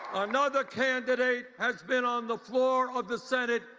another candidate has been on the floor of the senate,